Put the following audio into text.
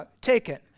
taken